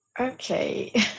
Okay